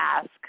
ask